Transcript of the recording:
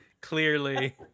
clearly